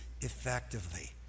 effectively